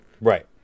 Right